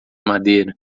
madeira